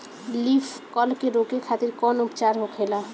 Leaf curl के रोके खातिर कउन उपचार होखेला?